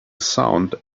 sound